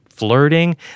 Flirting